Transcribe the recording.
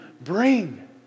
bring